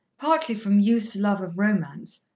partly from youth's love of romance,